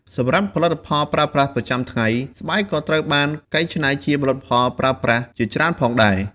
សម្រាប់ផលិតផលប្រើប្រាស់ប្រចាំថ្ងៃ ស្បែកក៏ត្រូវបានកែច្នៃជាផលិតផលប្រើប្រាស់ជាច្រើនផងដែរ ។